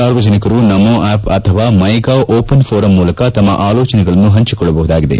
ಸಾರ್ವಜನಿಕರು ನಮೋ ಆಪ್ ಅಥವಾ MyGov open forum ಮೂಲಕ ತಮ್ಮ ಆಲೋಚನೆಗಳನ್ನು ಹಂಚಿಕೊಳ್ಳಬಹುದಾಗಿದೆ